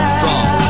Strong